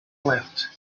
leapt